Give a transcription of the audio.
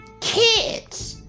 kids